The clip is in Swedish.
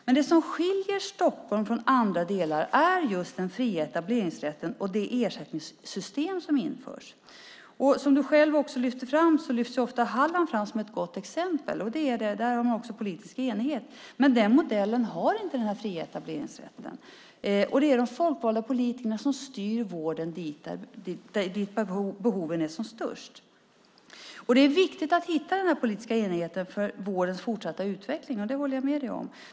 Men det som skiljer Stockholm från andra delar av landet är just den fria etableringsrätten och det ersättningssystem som införs. Ministern lyfte själv fram Halland. Halland lyfts ofta fram som ett gott exempel, och där har man också politisk enighet. Men i den modellen finns inte den fria etableringsrätten. Det är de folkvalda politikerna som styr vården dit behoven är som störst. Det är viktigt att hitta den politiska enigheten för vårdens fortsatta utveckling - det håller jag med om.